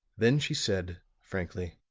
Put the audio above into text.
then she said, frankly.